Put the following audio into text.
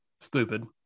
stupid